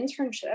internship